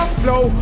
flow